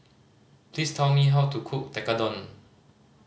please tell me how to cook Tekkadon